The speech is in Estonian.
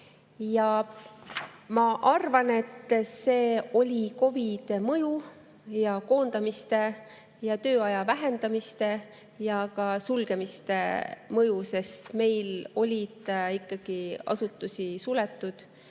Ja ma arvan, et see oli COVID-i mõju ja koondamiste ja tööaja vähendamiste ja ka sulgemiste mõju, sest meil oli asutusi, mis olid suletud,